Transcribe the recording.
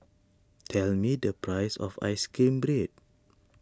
tell me the price of Ice Cream Bread